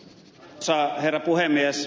arvoisa herra puhemies